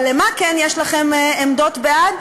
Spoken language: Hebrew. אבל לְמה כן יש לכם עמדות בעד?